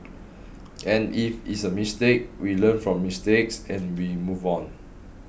and if it's a mistake we learn from mistakes and we move on